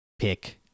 pick